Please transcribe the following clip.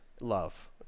love